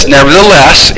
Nevertheless